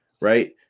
Right